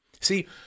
See